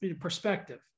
perspective